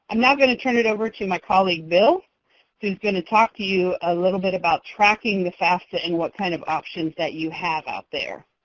i'm now going to turn it over to my colleague bill who is going to talk to you a little bit about tracking the fafsa and what kind of options that you have out there.